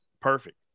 perfect